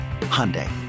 Hyundai